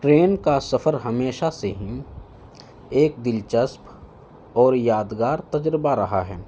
train کا سفر ہمیشہ سے ہی ایک دلچسپ اور یادگار تجربہ رہا ہے